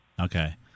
Okay